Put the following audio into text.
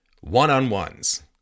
one-on-ones